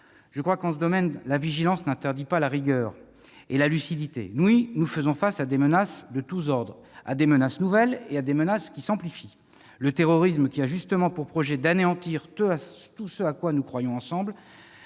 en France ? En ce domaine, la vigilance n'interdit pas la rigueur et la lucidité. Oui, nous faisons face à des menaces de tous ordres, à des menaces nouvelles, à des menaces qui s'amplifient ! Le terrorisme a justement pour projet d'anéantir tout ce à quoi nous croyons ensemble